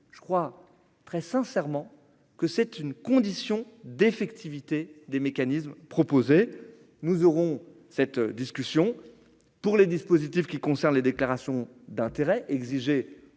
je crois très sincèrement que c'est une condition d'effectivité des mécanismes proposés nous aurons cette discussion pour les dispositifs qui concerne les déclarations d'intérêts exigés